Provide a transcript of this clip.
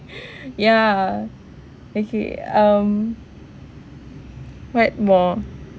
ya okay um what more